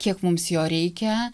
kiek mums jo reikia